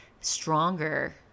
stronger